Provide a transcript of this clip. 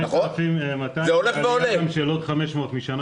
וזה הולך ועולה 5,200 יש עוד 500 משנה